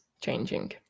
changing